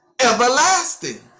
everlasting